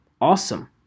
Awesome